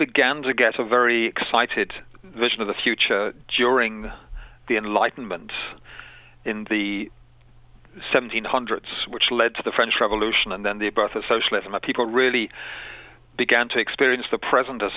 began to get a very excited vision of the future cheering the enlightenment in the seventeen hundreds which led to the french revolution and then the birth of socialism a people really began to experience the present